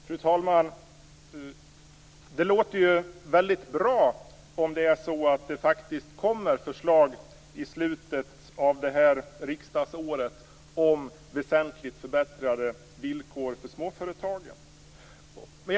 Fru talman! Det låter väldigt bra om det faktiskt kommer förslag i slutet av det här riksdagsåret om väsentligt förbättrade villkor för småföretagen.